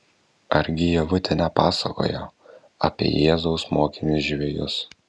argi ievutė nepasakojo apie jėzaus mokinius žvejus